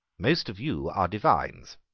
most of you are divines.